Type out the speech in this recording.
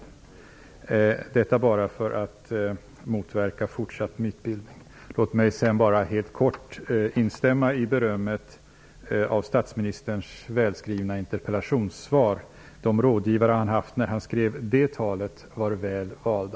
Jag ville säga detta för att motverka fortsatt mytbildning. Låt mig sedan bara helt kort instämma i berömmet av statsministerns välskrivna interpellationssvar. De rådgivare han haft när han skrev det talet var väl valda.